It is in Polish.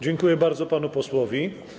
Dziękuję bardzo panu posłowi.